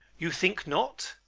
you think not.